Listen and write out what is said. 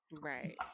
Right